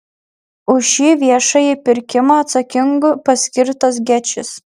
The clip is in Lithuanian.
už šį viešąjį pirkimą atsakingu paskirtas gečis